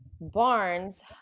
Barnes